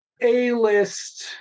A-list